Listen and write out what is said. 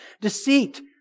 Deceit